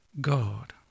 God